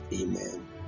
Amen